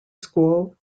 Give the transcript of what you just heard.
school